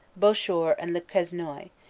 bouchoir and le quesnoy,